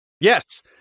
yes